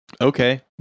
Okay